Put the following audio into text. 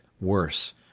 worse